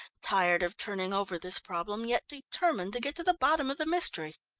tired of turning over this problem, yet determined to get to the bottom of the mystery.